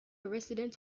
resident